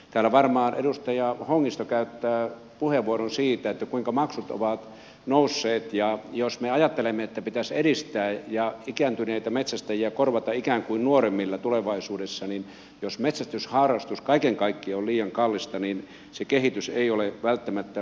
täällä varmaan edustaja hongisto käyttää puheenvuoron siitä kuinka maksut ovat nousseet ja jos me ajattelemme että pitäisi edistää ja ikääntyneitä metsästäjiä korvata ikään kuin nuoremmilla tulevaisuudessa niin jos metsästysharrastus kaiken kaikkiaan on liian kallista niin se kehitys ei ole välttämättä positiivista